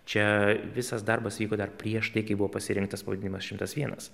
čia visas darbas vyko dar prieš tai kai buvo pasirinktas pavadinimas šimas vienas